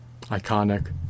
iconic